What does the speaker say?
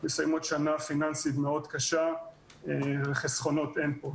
מסיימים שנה פיננסית מאוד קשה, וחסכונות אין פה.